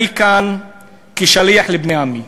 אני אקיים את החוזה בינינו,